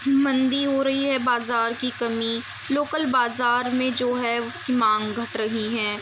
مندی ہو رہی ہے بازار کی کمی لوکل بازار میں جو ہے اس کی مانگ گھٹ رہی ہیں